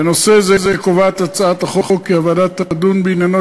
בנושא זה קובעת הצעת החוק כי הוועדה תדון בעניינו